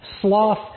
sloth